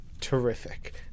terrific